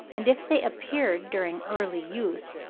and if they appeared during early youth,